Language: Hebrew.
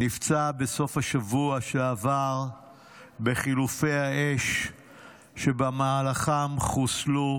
נפצע בסוף השבוע שעבר בחילופי האש שבמהלכם חוסלו